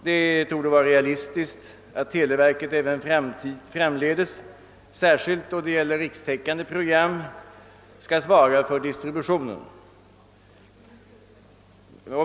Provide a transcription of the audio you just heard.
Det torde vara realistiskt att televerket även framdeles, särskilt då det gäller rikstäckande program, skall svara för distributionen.